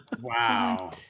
Wow